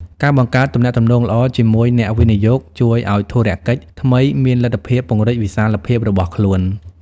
ការបង្កើតទំនាក់ទំនងល្អជាមួយអ្នកវិនិយោគជួយឱ្យធុរកិច្ចថ្មីមានលទ្ធភាពពង្រីកវិសាលភាពរបស់ខ្លួន។